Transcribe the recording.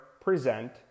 present